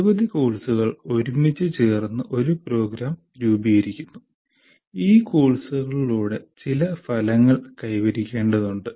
നിരവധി കോഴ്സുകൾ ഒരുമിച്ച് ചേർന്ന് ഒരു പ്രോഗ്രാം രൂപീകരിക്കുന്നു ഈ കോഴ്സുകളിലൂടെ ചില ഫലങ്ങൾ കൈവരിക്കേണ്ടതുണ്ട്